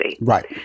Right